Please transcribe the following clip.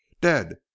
dead